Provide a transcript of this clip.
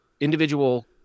individual